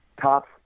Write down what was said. top